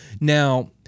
Now